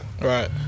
Right